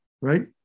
right